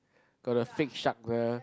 got the fake shark the